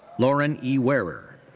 lauren e. woehrer.